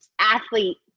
athlete